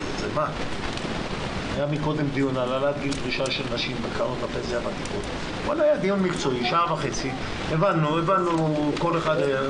12:30.